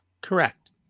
Correct